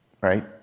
Right